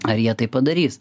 ar jie tai padarys